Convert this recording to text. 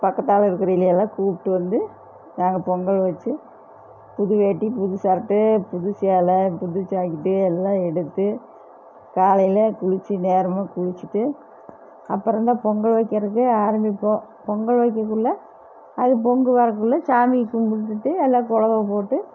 பக்கதால் இருக்கிறவைங்களாம் கூப்பிட்டு வந்து நாங்கள் பொங்கல் வச்சு புது வேட்டி புது சட்டை புது சேலை புது ஜாக்கெட்டு எல்லாம் எடுத்து காலையில் குளித்து நேரமாக குளிச்சுட்டு அப்புறந்தான் பொங்கல் வைக்கிறக்கே ஆரம்பிப்போம் பொங்கல் வைக்ககுள்ள அது பொங்கி வரக்குள்ளே சாமி கும்பிட்டுட்டு எல்லாம் குலவ போட்டு